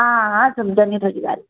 हां हां समझै नी थुआढ़ी गल्ल